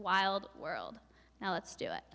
wild world now let's do it